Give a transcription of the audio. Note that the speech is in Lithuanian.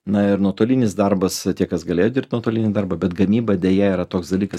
na ir nuotolinis darbas tie kas galėjo dirbt nuotolinį darbą bet gamyba deja yra toks dalykas